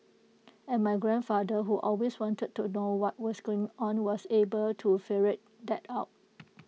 and my grandfather who always wanted to know what was going on was able to ferret that out